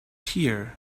here